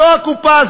זו הקופה,